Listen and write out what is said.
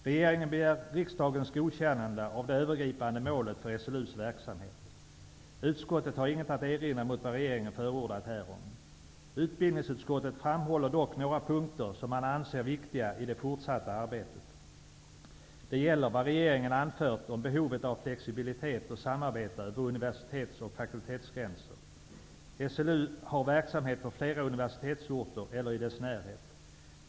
Regeringen begär riksdagens godkännande av det övergripande målet för SLU:s verksamhet. Utskottet har inget att erinra mot vad regeringen har förordat. Utbildningsutskottet framhåller dock några punkter som man anser vara viktiga i det fortsatta arbetet. Det gäller vad regeringen har anfört om behovet av flexibilitet och samarbete över universitets och fakultetsgränser. Lantbruksuniversitetet har verksamhet på flera universitetsorter eller i deras närhet.